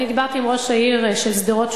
אני דיברתי עם ראש העיר של שדרות.